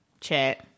chat